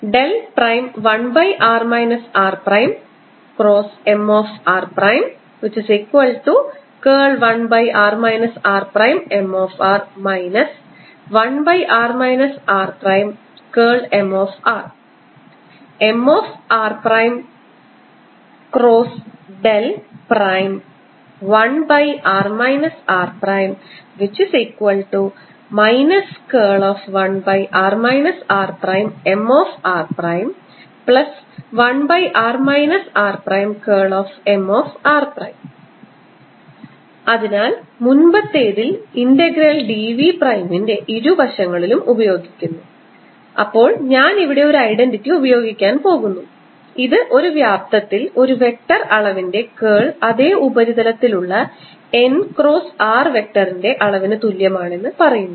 1r rMr×1r rMr 1r rMr Mr×1r r ×1r rMr1r rMr അതിനാൽ മുൻപത്തേതിൽ integral d v പ്രൈമിo ഇരുവശങ്ങളിലും ഉപയോഗിക്കുന്നു അപ്പോൾ ഞാൻ ഇവിടെ ഒരു ഐഡന്റിറ്റി ഉപയോഗിക്കാൻ പോകുന്നു ഇത് ഒരു വ്യാപ്തത്തിൽ ഒരു വെക്റ്റർ അളവിന്റെ കേൾ അതേ ഉപരിതലത്തിൽ ഉള്ള n ക്രോസ് ആ വെക്റ്റർ അളവിന് തുല്യമാണെന്ന് പറയുന്നു